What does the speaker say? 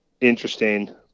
interesting